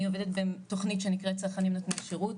אני עובדת בתוכנית שנקראת צרכנים נותנים שירות,